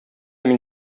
мин